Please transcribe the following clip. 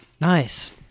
Nice